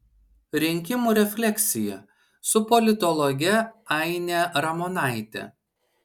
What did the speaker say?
rinkimų refleksija su politologe aine ramonaite